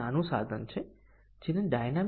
ત્રીજુ A એ 1 અને BC એ 0 1 છે